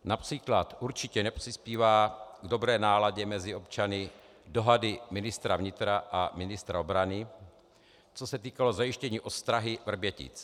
Například určitě nepřispívají k dobré náladě mezi občany dohady ministra vnitra a ministra obrany, co se týkalo zajištění ostrahy Vrbětic.